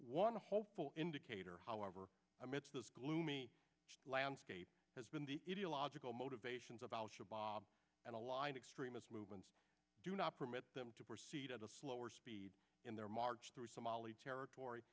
one hopeful indicator however i miss this gloomy landscape has been the it illogical motivations of al shabaab and aligned extremist movements do not permit them to proceed at a slower speed in their march through somali territory